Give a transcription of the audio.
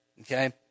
okay